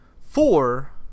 Four